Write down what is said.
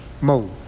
mode